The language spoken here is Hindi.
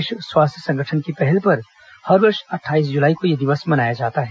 विश्व स्वास्थ्य संगठन की पहल पर हर वर्ष अट्ठाईस जुलाई को यह दिवस मनाया जाता है